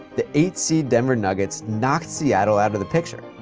the eight seed denver nuggets knocked seattle out of the picture.